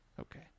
Okay